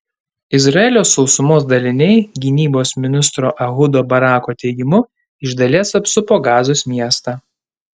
izraelio sausumos daliniai gynybos ministro ehudo barako teigimu iš dalies apsupo gazos miestą